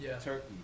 turkey